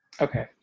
Okay